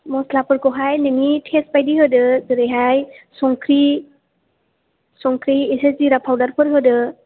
मस्लाफोरखौ हाय नोंनि थेस्ट बायदि होदो जेरै हाय संख्रि संख्रि एसे जिरा फावदारफोर होदो